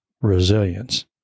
resilience